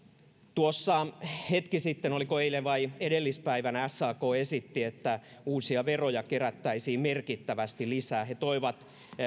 tuossa hetki sitten oliko eilen vai edellispäivänä sak esitti että uusia veroja kerättäisiin merkittävästi lisää he toivat